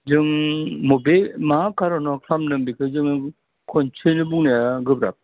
जों बबे मा कारनाव खालामदों बेखौ जोङो खनसेनो बुंनाया गोब्राब